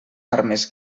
armes